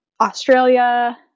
Australia